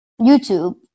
YouTube